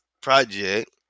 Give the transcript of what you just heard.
Project